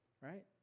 right